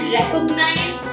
recognize